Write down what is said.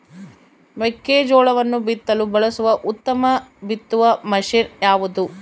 ಮೆಕ್ಕೆಜೋಳವನ್ನು ಬಿತ್ತಲು ಬಳಸುವ ಉತ್ತಮ ಬಿತ್ತುವ ಮಷೇನ್ ಯಾವುದು?